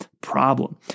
problem